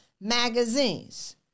Magazines